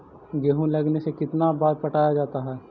गेहूं लगने से कितना बार पटाया जाता है?